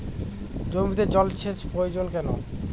জমিতে জল সেচ প্রয়োজন কেন?